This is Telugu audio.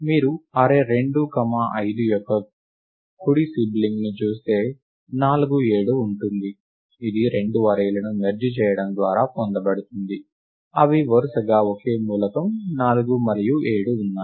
మీరు అర్రే 2 5 యొక్క కుడి సిబ్లింగ్ను చూస్తే 4 7 ఉంటుంది ఇది రెండు అర్రే లను మెర్జ్ చేయడం ద్వారా పొందబడుతుంది అవి వరుసగా ఒకే మూలకం 4 మరియు 7 ఉన్నాయి